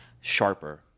sharper